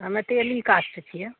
हमे तेली कास्ट छिए